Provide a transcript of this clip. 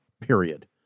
period